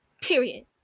period